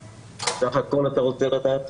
סך הכול אתה רוצה לדעת?